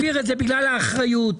הפניות האחרות?